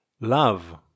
Love